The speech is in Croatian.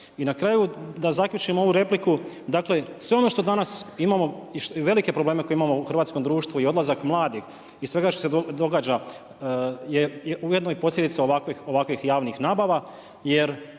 I na kraju da zaključim ovu repliku. Dakle, sve ono što danas imamo i velike probleme koje imamo u hrvatskom društvu i odlazak mladih i svega što se događa je ujedno i posljedica ovakvih javnih nabava. Jer